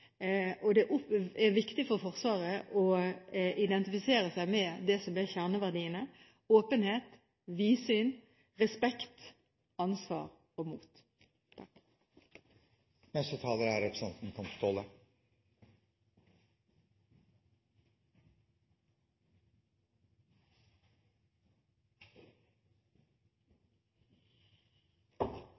er viktig for Forsvaret å identifisere seg med det som er kjerneverdiene – åpenhet, vidsyn, respekt, ansvar og mot.